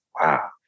wow